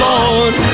Lord